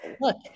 look